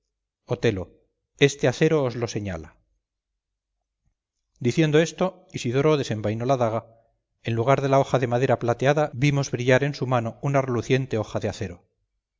y el diálogo siguió así diciendo esto isidoro desenvainó la daga en lugar de la hoja de madera plateada vimos brillar en su mano una reluciente hoja de acero